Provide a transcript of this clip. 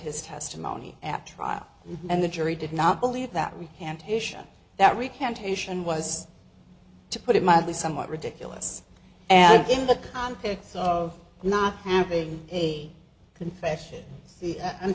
his testimony at trial and the jury did not believe that we can't isha that recantation was to put it mildly somewhat ridiculous and in the context of not having a confession